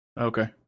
Okay